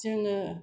जोङो